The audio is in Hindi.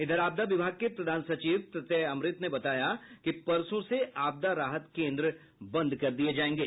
इधर आपदा विभाग के प्रधान सचिव प्रत्यय अमृत ने बताया कि परसों से आपदा राहत केन्द्र बंद कर दिये जायेंगे